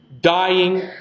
dying